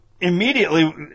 immediately